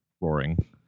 Roaring